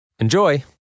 Enjoy